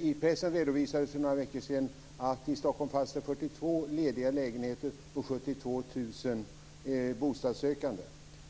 I pressen redovisades för några veckor sedan att det i Stockholm fanns 42 lediga lägenheter och 72 000 bostadssökande.